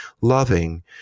loving